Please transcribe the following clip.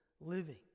living